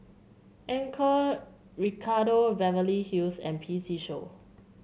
Anchor Ricardo Beverly Hills and P C Show